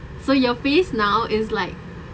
so your face now is like